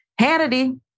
Hannity